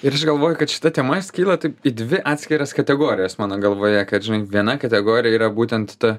ir aš galvoju kad šita tema skyla taip į dvi atskiras kategorijas mano galvoje kad žinai viena kategorija yra būtent ta